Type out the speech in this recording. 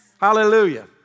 Hallelujah